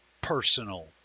personal